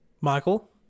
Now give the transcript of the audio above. Michael